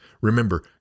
Remember